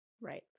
Right